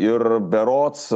ir berods